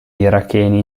iracheni